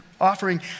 offering